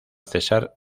cesar